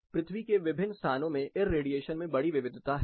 पृथ्वी के विभिन्न स्थानों में इरेडीएशन मे बड़ी विविधता है